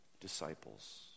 disciples